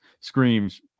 screams